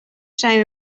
zijn